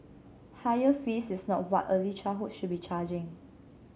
higher fees is not what early childhood should be charging